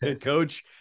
Coach